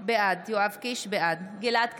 בעד גלעד קריב,